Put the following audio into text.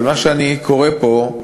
אבל מה שאני קורא פה,